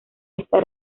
esta